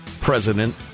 president